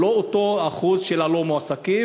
הוא לא אותו אחוז של הלא-מועסקים.